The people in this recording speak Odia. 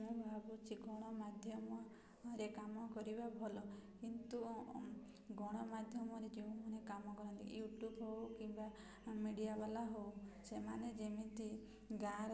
ମୁଁ ଭାବୁଛି ଗଣମାଧ୍ୟମରେ କାମ କରିବା ଭଲ କିନ୍ତୁ ଗଣମାଧ୍ୟମରେ ଯେଉଁମାନେ କାମ କରନ୍ତି ୟୁଟ୍ୟୁବ୍ ହଉ କିମ୍ବା ମିଡ଼ିଆବାଲା ହଉ ସେମାନେ ଯେମିତି ଗାଁର